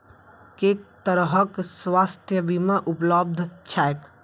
केँ तरहक स्वास्थ्य बीमा उपलब्ध छैक?